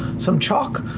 some chalk,